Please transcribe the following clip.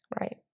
Right